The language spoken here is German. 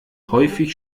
häufig